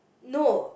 no